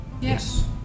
Yes